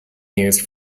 used